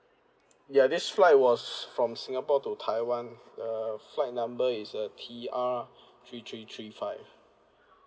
ya this flight was from singapore to taiwan uh flight number is err T R three three three five